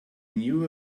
knew